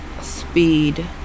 speed